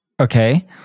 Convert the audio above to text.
Okay